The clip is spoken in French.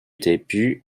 début